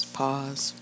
pause